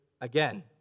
again